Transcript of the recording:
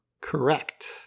correct